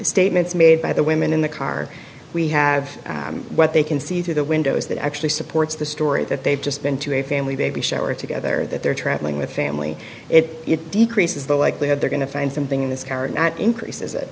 statements made by the women in the car we have what they can see through the windows that actually supports the story that they've just been to a family baby shower together that they're traveling with family it decreases the likelihood they're going to find something in this car and that increases it